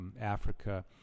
Africa